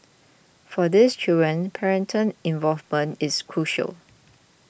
for these children parental involvement is crucial